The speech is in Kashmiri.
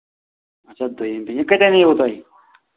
اچھا دۄیِم بیٚیہِ یہِ کَتہِ اَنیوُ تۄہہِ